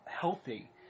healthy